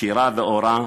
שירה ואורה,